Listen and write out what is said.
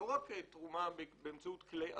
לא רק תמורה באמצעות כלי אכיפה,